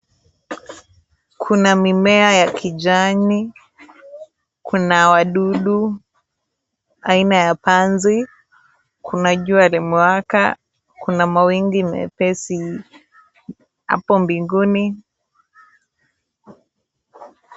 Kuna mimea ya kijani. Kuna wadudu aina ya panzi. Kuna jua limewaka. Kuna mawingu mepesi hapo mbinguni.